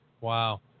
Wow